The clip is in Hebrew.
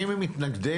אני מסכים.